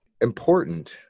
important